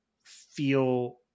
feel